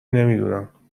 نمیدونم